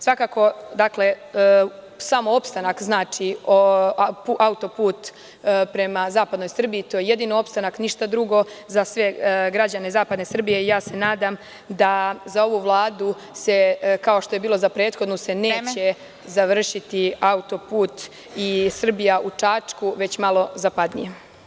Svakako, sam opstanak auto-puta prema zapadnoj Srbiji, to je jedini opstanak, ništa drugo za sve građane zapadne Srbije i nadam se da za ovu Vladu, kao što je bilo za prethodnu, se neće završiti auto-put „Srbija u Čačku“, već malo zapadnije.